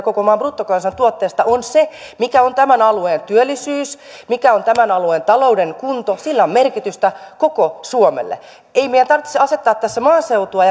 koko maan bruttokansantuotteesta sillä mikä on tämän alueen työllisyys mikä on tämän alueen talouden kunto on merkitystä koko suomelle ei meidän tarvitsisi asettaa tässä maaseutua